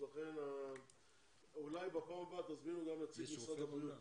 לכן אולי בפעם הבאה תזמינו גם את נציג משרד הבריאות,